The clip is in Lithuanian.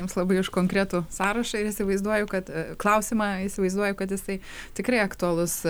jums labai už konkretų sąrašą ir įsivaizduoju kad klausimą įsivaizduoju kad jisai tikrai aktualus